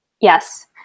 Yes